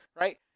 right